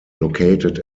located